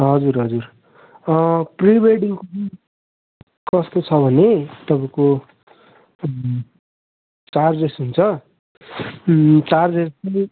हजुर हजुर प्रिवेडिङ कस्तो छ भने तपाईँको चार्जेस् हुन्छ चार्जेस् चाहिँ